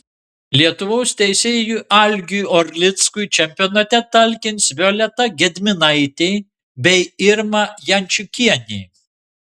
lietuvos teisėjui algiui orlickui čempionate talkins violeta gedminaitė bei irma jančiukienė